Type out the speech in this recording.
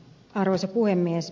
arvoisa puhemies